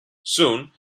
soon